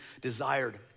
desired